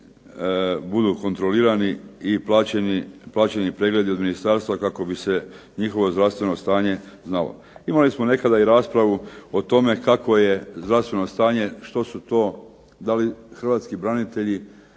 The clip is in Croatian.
budu kontrolirani i plaćeni pregledi od ministarstva kako bi se njihovo zdravstveno stanje znalo. Imali smo nekada i raspravu o tome kakvo je zdravstveno stanje, što su to, da li hrvatski branitelji